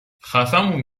خفهمون